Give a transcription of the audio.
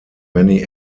many